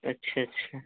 अच्छा अच्छा